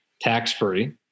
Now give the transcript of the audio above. tax-free